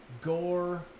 gore